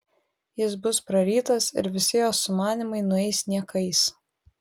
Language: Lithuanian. jis bus prarytas ir visi jos sumanymai nueis niekais